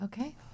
Okay